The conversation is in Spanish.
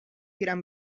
gran